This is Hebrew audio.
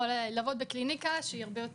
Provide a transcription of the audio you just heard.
יכולים לעבוד בקליניקה שהיא הרבה יותר